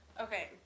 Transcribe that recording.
Okay